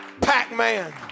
Pac-Man